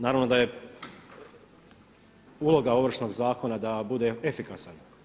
Naravno da je uloga Ovršnog zakona da bude efikasan.